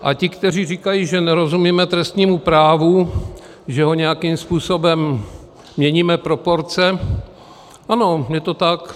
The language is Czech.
A ti, kteří říkají, že nerozumíme trestnímu právu, že nějakým způsobem měníme proporce, ano, je to tak.